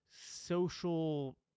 social